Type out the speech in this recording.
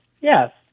Yes